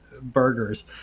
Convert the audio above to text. burgers